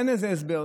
אין לזה הסבר.